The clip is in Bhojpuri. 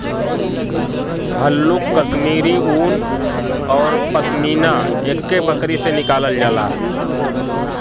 हल्लुक कश्मीरी उन औरु पसमिना एक्के बकरी से निकालल जाला